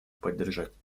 поддержать